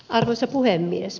arvoisa puhemies